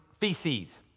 feces